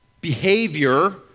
Behavior